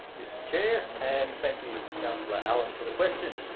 mr chair, and thank you councillor allan for the question.